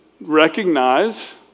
recognize